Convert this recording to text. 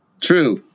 True